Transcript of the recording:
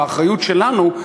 באחריות שלנו,